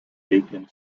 beacon